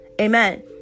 Amen